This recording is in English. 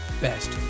best